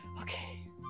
Okay